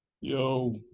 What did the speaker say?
yo